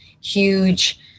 huge